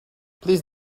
please